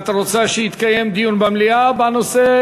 את רוצה שיתקיים דיון במליאה בנושא